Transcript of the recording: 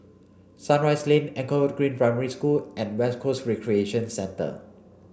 Sunrise Lane Anchor Green Primary School and West Coast Recreation Centre